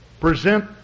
present